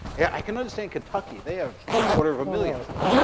yeah i can understand kentucky, they have quarter of a million slaves.